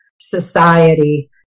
society